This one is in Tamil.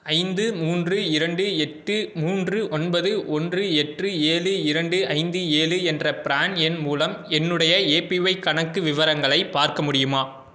ஐந்து மூன்று இரண்டு எட்டு மூன்று ஒன்பது ஒன்று எட்டு ஏழு இரண்டு ஐந்து ஏழு என்ற ப்ரான் எண் மூலம் என்னுடைய ஏபிஒய் கணக்கு விவரங்களை பார்க்க முடியுமா